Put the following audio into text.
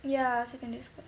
ya secondary school